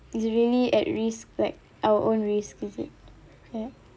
it's really at risk like our own risk is it ya